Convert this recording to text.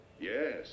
yes